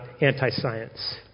anti-science